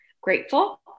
grateful